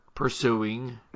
pursuing